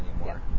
anymore